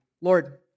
Lord